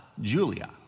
Julia